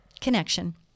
connection